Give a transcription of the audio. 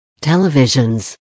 televisions